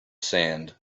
sand